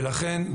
לכן,